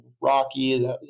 rocky